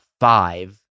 five